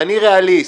אני ריאליסט.